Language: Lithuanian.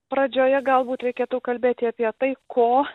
pradžioje galbūt reikėtų kalbėti apie tai ko